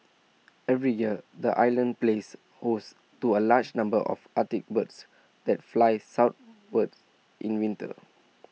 every year the island plays host to A large number of Arctic birds that fly southwards in winter